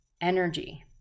energy